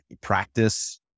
practice